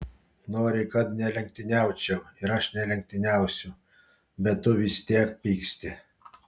nori kad nelenktyniaučiau ir aš nelenktyniausiu bet tu vis tiek pyksti